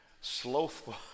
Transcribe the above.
slothful